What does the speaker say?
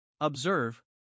Observe